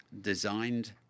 designed